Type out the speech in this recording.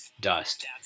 dust